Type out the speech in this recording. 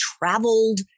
traveled